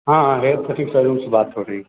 हाँ है सहयोग से बात हो रही है